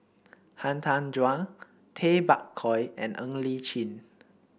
Han Tan Juan Tay Bak Koi and Ng Li Chin